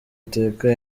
teka